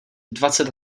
dvacet